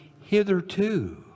hitherto